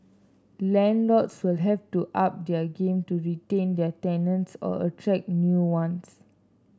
landlords will have to up their game to retain their tenants or attract new ones